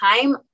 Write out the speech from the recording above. time